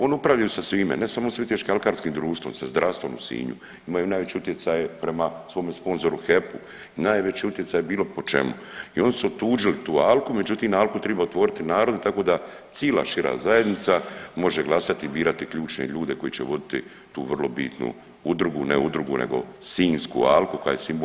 Oni upravljaju sa svime, ne samo s Viteškim-alkarskim društvom, sa zdravstvom u Sinju, imaju najveće utjecaje prema svome sponzoru HEP-u, najveći utjecaj bilo po čemu i oni su otuđili tu Alku, međutim, Alku triba otvoriti narodu tako da cila šira zajednica može glasati i birati ključne ljude koji će voditi tu vrlo bitnu udrugu, ne udrugu nego Sinjsku alku koja je simbol